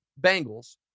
Bengals